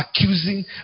accusing